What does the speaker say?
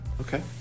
Okay